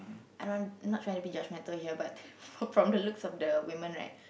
I don't want not trying to judgemental here but from the looks of the women right